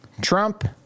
Trump